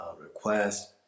request